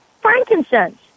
frankincense